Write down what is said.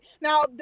Now